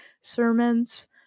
sermons